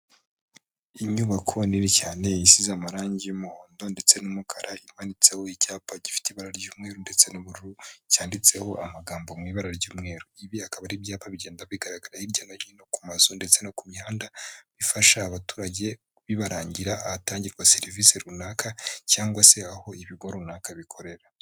Inyubako nini cyane yasize amarangi y'umuhondo ndetse n'umukara ikaba yanditseho icyapa gifite ibara ry'umweru ndetse n'ubururu, cyanditseho amagambo mu ibara ry'umweru. Ibi bikaba ari ibyapa bigenda bigaragara hirya no hino ku mazu ndetse no ku mihanda bifasha abaturage, bibarangira ahatangirwa serivisi runaka cyangwa se aho ibigo runaka bikorera.